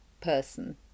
person